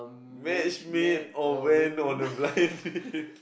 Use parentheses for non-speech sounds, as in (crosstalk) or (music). match made or went on a blind date (laughs)